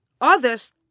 others